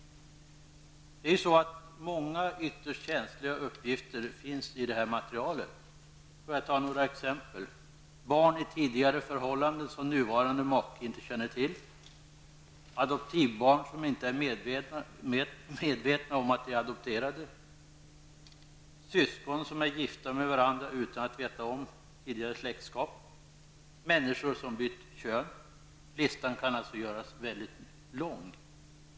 Många ytterst känsliga uppgifter finns i materialet, t.ex. barn i tidigare förhållanden som nuvarande make inte känner till, adoptivbarn som inte är medvetna om att det är adopterade, syskon som är gifta med varandra utan att veta om tidigare släktskap och människor som bytt kön. Listan kan göras mycket lång.